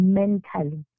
mentally